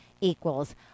equals